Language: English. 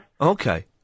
Okay